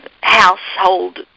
household